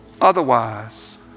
Otherwise